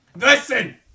Listen